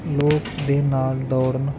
ਲੋਕ ਦੇ ਨਾਲ ਦੌੜਨ